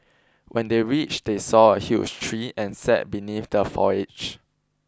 when they reached they saw a huge tree and sat beneath the foliage